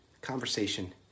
conversation